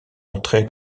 entrer